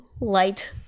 light